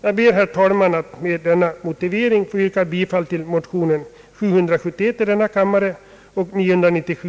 Jag ber, herr talman, att med denna motivering få yrka bifall till motionerna I: 771 och II: 997.